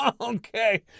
Okay